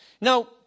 Now